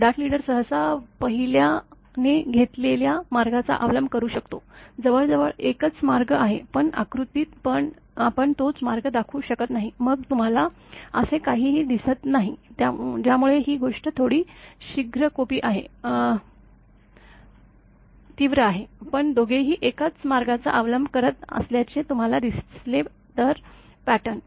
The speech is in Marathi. डार्ट लीडर सहसा पहिल्याने घेतलेल्या मार्गाचा अवलंब करू शकतो जवळजवळ एकच मार्ग आहे पण आकृतीत आपण तोच मार्ग दाखवू शकत नाही मग तुम्हाला असे काहीही दिसत नाही ज्यामुळे ही गोष्ट थोडी शीघ्रकोपी आहे पणदोघेही एकाच मार्गाचा अवलंब करत असल्याचे तुम्हाला दिसले तर पा टर्न